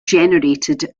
generated